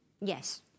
Yes